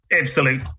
Absolute